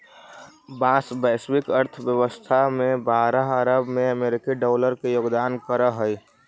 बाँस वैश्विक अर्थव्यवस्था में बारह अरब अमेरिकी डॉलर के योगदान करऽ हइ